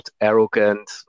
arrogant